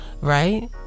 right